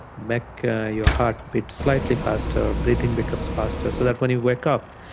make your heart beat slightly faster, breathing becomes faster so that when you wake up,